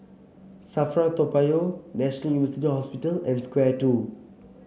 Safra Toa Payoh National University Hospital and Square Two